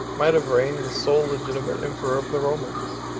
might have reigned the sole legitimate emperor of the romans.